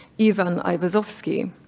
ivan aivazovsky.